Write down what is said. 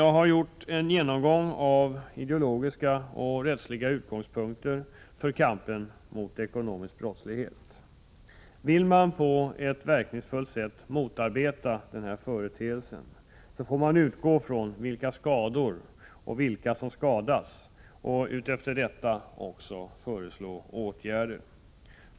Jag har här gjort en genomgång av de ideologiska och rättsliga utgångspunkterna för kampen mot ekonomisk brottslighet. Vill man på ett verkningsfullt sätt motarbeta denna företeelse, får man utgå från vilka skador som uppträder och vilka som skadas och utifrån detta föreslå åtgärder.